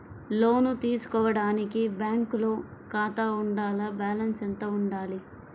లోను తీసుకోవడానికి బ్యాంకులో ఖాతా ఉండాల? బాలన్స్ ఎంత వుండాలి?